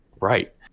Right